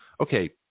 Okay